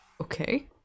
Okay